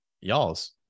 Y'all's